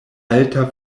alta